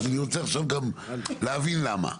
אני רוצה עכשיו גם להבין למה.